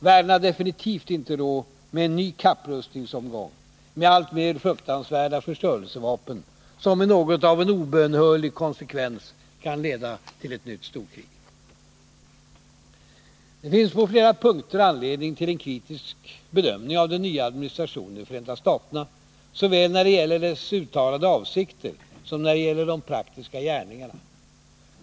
Världen har definitivt inte råd med en ny kapprustningsomgång, med allt mer fruktansvärda förstörelsevapen, som med något av en obönhörlig konsekvens kan leda till ett nytt storkrig. Det finns på flera punkter anledning till en kritisk bedömning av den nya administrationen i Förenta staterna, såväl när det gäller dess uttalade avsikter som när det gäller de praktiska gärningarna.